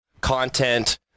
content